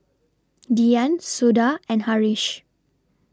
Dhyan Suda and Haresh